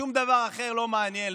שום דבר אחר לא מעניין,